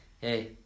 hey